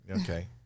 Okay